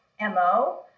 MO